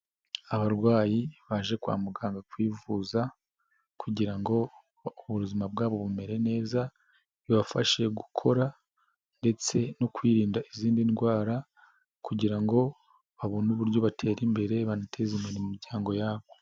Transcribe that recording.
Abarwayi baje kwa muganga kwivuza kugira ngo ubuzima bwabo bumere neza, bibafashe gukora ndetse no kwirinda izindi ndwara kugira ngo babone uburyo batera imbere banateza imbere imiryango yabo.